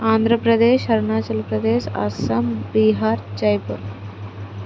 Andhra Pradesh Arunachal Pradesh Assam Bihar Jaipur